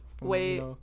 Wait